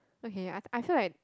okay I I feel like